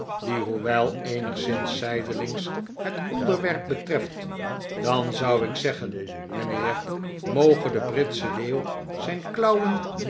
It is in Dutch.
die hoewel eenigszins zijdelings het onderwerp betreft dan zou ik zeggen mijnheer moge de britsche leeuw zijn